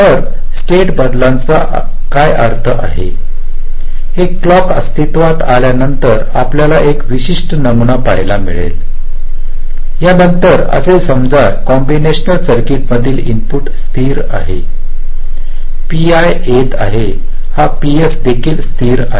तर स्टेट बदलांचा काय अर्थ आहे हे क्लॉक अस्तित्त्वात आल्यानंतर आपल्याला एक विशिष्ट नमुना पाहायला मिळेल या नंतर असे समजा कॉम्बिनेशनल सर्किट मधील इनपुट स्थिर आहेत पीआय येत आहे हा पीएस देखील स्थिर आहे